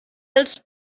dels